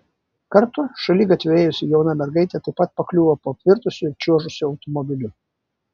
kartu šaligatviu ėjusi jauna mergaitė taip pat pakliuvo po apvirtusiu ir čiuožusiu automobiliu